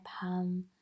palm